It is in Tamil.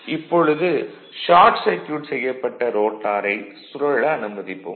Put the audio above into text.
இப்பொழுது ஷார்ட் சர்க்யூட் செய்யப்பட்ட ரோட்டாரை சுழல அனுமதிப்போம்